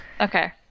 Okay